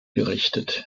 gerichtet